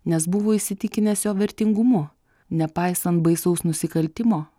nes buvo įsitikinęs jo vertingumu nepaisant baisaus nusikaltimo